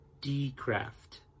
D-Craft